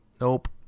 Nope